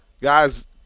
guys